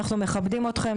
אנחנו מכבדים אותכם.